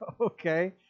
Okay